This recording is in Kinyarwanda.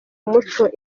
umuco